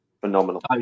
phenomenal